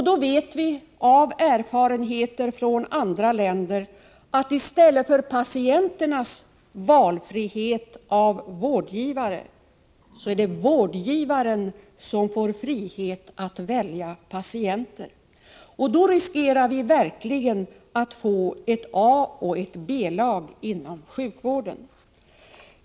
Vi vet genom erfarenheter från andra länder att ett sådant system innebär att det i stället för frihet för patienterna att välja vårdgivare blir vårdgivaren som får frihet att välja patienter. Då riskerar vi verkligen att få ett A och ett B-lag inom sjukvården.